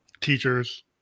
teachers